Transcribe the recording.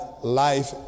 life